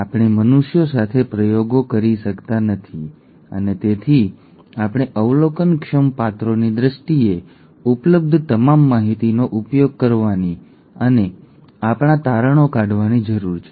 આપણે મનુષ્યો સાથે પ્રયોગો કરી શકતા નથી અને તેથી આપણે અવલોકનક્ષમ પાત્રોની દ્રષ્ટિએ ઉપલબ્ધ તમામ માહિતીનો ઉપયોગ કરવાની અને આપણા તારણો કાઢવાની જરૂર છે